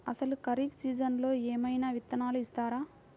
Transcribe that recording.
అసలు ఖరీఫ్ సీజన్లో ఏమయినా విత్తనాలు ఇస్తారా?